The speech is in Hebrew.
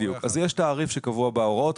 בדיוק, אז יש תעריף שקבוע בהוראות.